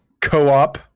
co-op